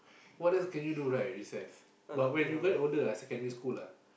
what else can you do right recess but when you get older ah secondary school ah